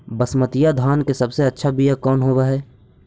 बसमतिया धान के सबसे अच्छा बीया कौन हौब हैं?